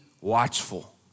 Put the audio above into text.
watchful